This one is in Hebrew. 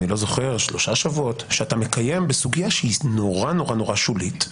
שלושה שבועות שאתה מקיים בסוגיה שהיא נורא נורא שולית,